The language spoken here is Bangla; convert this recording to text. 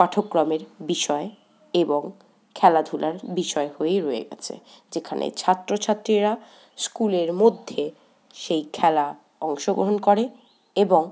পাঠক্রমের বিষয় এবং খেলাধুলার বিষয় হয়েই রয়ে গেছে যেখানে ছাত্রছাত্রীরা স্কুলের মধ্যে সেই খেলা অংশগ্রহণ করে এবং